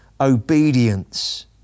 obedience